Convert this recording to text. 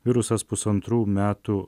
virusas pusantrų metų